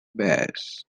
bass